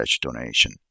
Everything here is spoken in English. donation